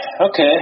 Okay